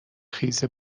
خیز